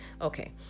okay